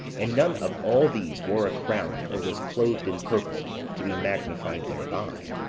and none of all these wore a crown, or was clothed in purple, to be magnified thereby.